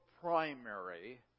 primary